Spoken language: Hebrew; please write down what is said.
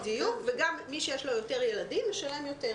וגם מי שיש לו יותר ילדים משלם יותר.